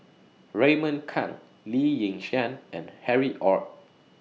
Raymond Kang Lee Yi Shyan and Harry ORD